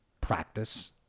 practice